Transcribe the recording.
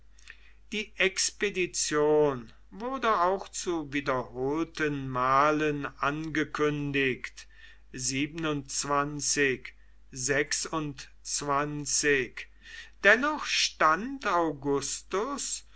die expedition wurde auch zu wiederholten malen angekündigt dennoch stand augustus